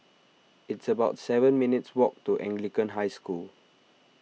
it's about seven minutes' walk to Anglican High School